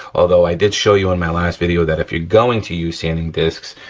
although, i did show you on my last video that if you're going to use sanding discs,